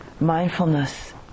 mindfulness